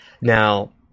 Now